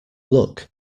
look